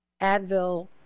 Advil